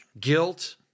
guilt